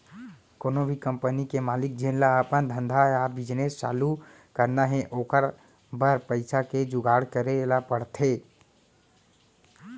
कोनो भी कंपनी के मालिक जेन ल अपन धंधा या बिजनेस चालू करना हे ओकर बर पइसा के जुगाड़ करे ल परथे